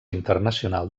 internacional